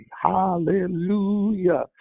Hallelujah